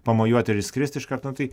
pamojuot ir išskrist iškart nu tai